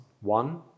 One